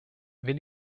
will